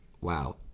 Wow